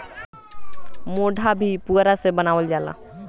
मोढ़ा भी पुअरा से बनावल जाला